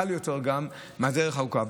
זה גם קל יותר מהדרך הארוכה.